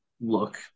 look